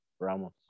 Ramos